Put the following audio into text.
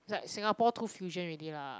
is like singapore too fusion already lah